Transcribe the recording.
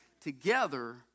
Together